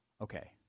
Okay